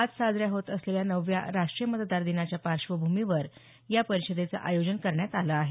आज साजऱ्या होत असलेल्या नवव्या राष्ट्रीय मतदार दिनाच्या पार्श्वभूमीवर या परिषदेचं आयोजन करण्यात आलं आहे